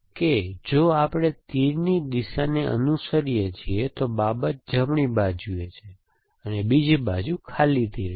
કે જો આપણે તીરની દિશાને અનુસરીએ છીએ તો બાબત જમણી બાજુએ છે અને બીજી બાજુ ખાલી તીર છે